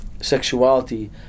sexuality